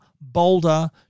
bolder